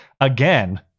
again